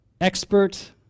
expert